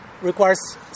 requires